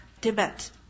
Tibet